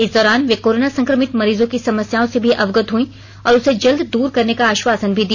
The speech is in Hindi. इस दौरान वे कोरोना संक्रमित मरीजों की समस्याओं से भी अवगत हुई और उसे जल्द दूर करने का आश्वासन भी दिया